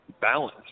balance